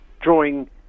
drawing